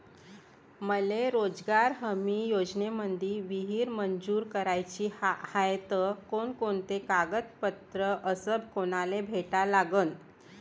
मले रोजगार हमी योजनेमंदी विहीर मंजूर कराची हाये त कोनकोनते कागदपत्र अस कोनाले भेटा लागन?